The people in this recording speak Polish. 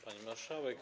Pani Marszałek!